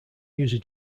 user